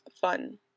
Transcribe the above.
fun